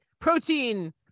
protein